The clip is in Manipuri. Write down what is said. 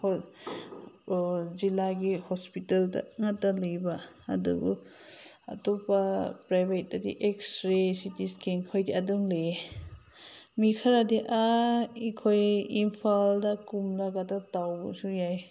ꯍꯣꯏ ꯖꯤꯂꯥꯒꯤ ꯍꯣꯁꯄꯤꯇꯥꯜꯗ ꯉꯥꯛꯇ ꯂꯩꯕ ꯑꯗꯨꯕꯨ ꯑꯇꯣꯞꯄ ꯄ꯭ꯔꯥꯏꯕꯦꯠꯇꯗꯤ ꯑꯦꯛꯁꯔꯦ ꯁꯤ ꯇꯤ ꯏꯁꯀꯦꯟ ꯑꯩꯈꯣꯏꯒꯤ ꯑꯗꯨꯝ ꯂꯩꯌꯦ ꯃꯤ ꯈꯔꯗꯤ ꯑꯩꯈꯣꯏ ꯏꯝꯐꯥꯜꯗ ꯀꯨꯝꯂꯒ ꯑꯗꯨ ꯇꯧꯕꯁꯨ ꯌꯥꯏ